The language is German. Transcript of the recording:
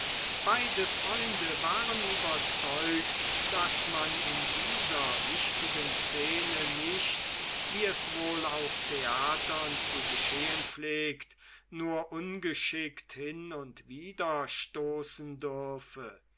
beide freunde waren überzeugt daß man in dieser wichtigen szene nicht wie es wohl auf theatern zu geschehen pflegt nur ungeschickt hin und wider stoßen dürfe